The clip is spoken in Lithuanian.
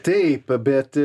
taip bet